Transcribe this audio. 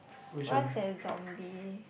what's that zombie